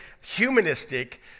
humanistic